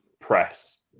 press